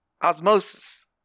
Osmosis